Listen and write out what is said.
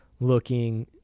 looking